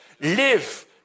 live